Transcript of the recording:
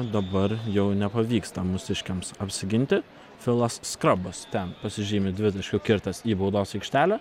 dabar jau nepavyksta mūsiškiams apsiginti filas skrabas ten pasižymi dvitaškiu kirtęs į baudos aikštelę